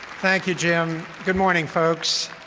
thank you, jim. good morning, folks.